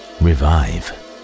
revive